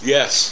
Yes